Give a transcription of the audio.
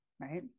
Right